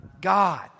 God